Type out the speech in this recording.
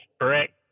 correct